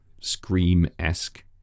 Scream-esque